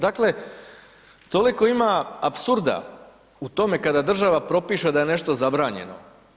Dakle, toliko ima apsurda u tome kada država propiše da je nešto zabranjeno.